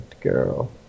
girl